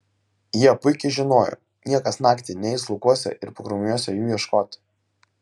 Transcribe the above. jie puikiai žinojo niekas naktį neis laukuose ir pakrūmiuose jų ieškoti